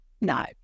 no